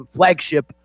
flagship